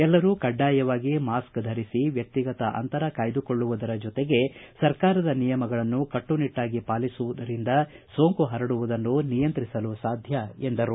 ಎಲ್ಲರೂ ಕಡ್ಡಾಯವಾಗಿ ಮಾಸ್ಕ್ ಧರಿಸಿ ವ್ವಕ್ತಿಗತ ಅಂತರ ಕಾಯ್ದುಕೊಳ್ಳುವುದರ ಜೊತೆಗೆ ಸರ್ಕಾರದ ನಿಯಮಗಳನ್ನು ಕಟ್ಟುನಿಟ್ಟಾಗಿ ಪಾಲಿಸುವುದರಿಂದ ಸೋಂಕು ಪರಡುವುದನ್ನು ನಿಯಂತ್ರಿಸಲು ಸಾಧ್ಯ ಎಂದರು